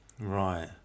Right